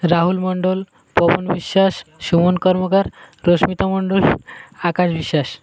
Rahul Mandal Pawan Biswas Suman Karmakar Rashmita Mandal Akash Biswas